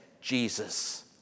Jesus